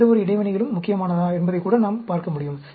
எந்தவொரு இடைவினைகளும் முக்கியமானதா என்பதைக் கூட நாம் பார்க்கமுடியும்